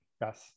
Yes